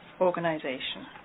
organization